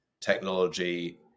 technology